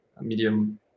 medium